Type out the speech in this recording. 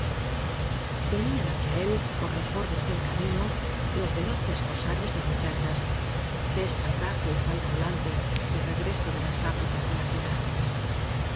venían hacia él por los bordes del camino los veloces rosarios de muchachas cesta al brazo y falda volante de regreso de las fábricas de la ciudad